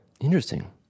interesting